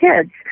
kids